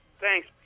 Thanks